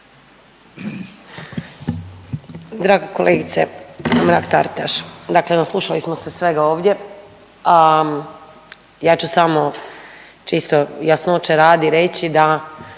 Draga kolegice Mrak Taritaš, dakle naslušali smo se svega ovdje, a ja ću samo čisto jasnoće radi reći da